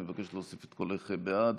מבקש להוסיף את קולך בעד?